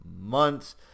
months